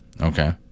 Okay